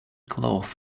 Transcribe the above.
cloth